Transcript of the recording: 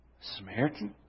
Samaritan